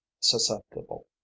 susceptible